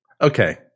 Okay